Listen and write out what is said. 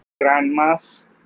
grandma's